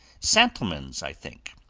santlemann's, i think.